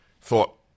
thought